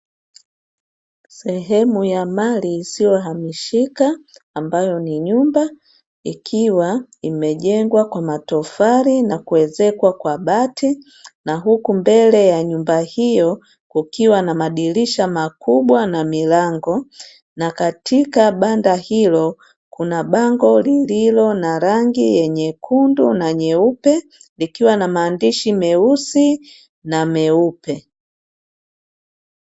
Sehemu ya mali isiyo hamishika ambayo ni nyumba ikiwa imejengwa kwa matofali, na kuezekwa kwa bati na huku mbele ya nyumba hiyo kukiwa na madirisha makubwa na milango na katika banda hilo kuna bango lililo na rangi nyekundu na nyeupe likiwa na maandishi meusi na meupe.